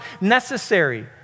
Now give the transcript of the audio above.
necessary